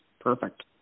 perfect